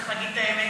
צריך להגיד את האמת.